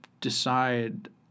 decide